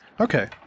Okay